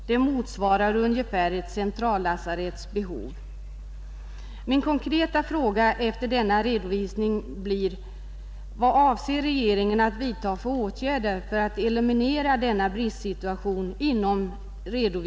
Det motsvarar ungefär ett centrallasaretts behov.